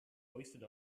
hoisted